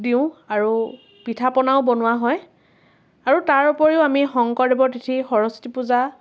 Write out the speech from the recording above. দিওঁ আৰু পিঠাপনাও বনোৱা হয় আৰু তাৰ উপৰিও আমি শংকৰদেৱৰ তিথি সৰস্বতী পূজা